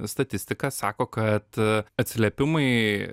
statistika sako kad atsiliepimai